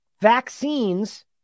vaccines